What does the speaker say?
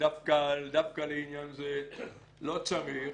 ודווקא לעניין זה לא צריך,